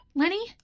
lenny